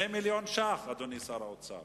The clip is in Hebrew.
2 מיליוני שקלים, אדוני שר האוצר.